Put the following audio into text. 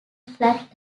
flat